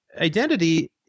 identity